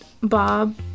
Bob